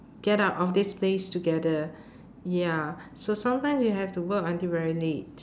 get out of this place together ya so sometimes you have to work until very late